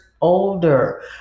older